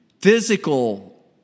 Physical